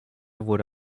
wurde